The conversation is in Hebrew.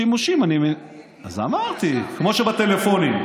אז אמרתי, כמו בטלפונים.